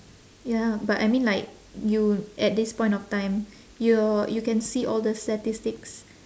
ya but I mean like you at this point of time your you can see all the statistics